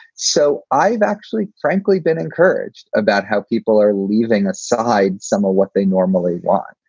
so i've actually, frankly, been encouraged about how people are leaving aside some of what they normally want.